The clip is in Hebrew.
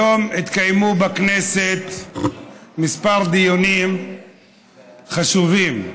היום התקיימו בכנסת כמה דיונים חשובים,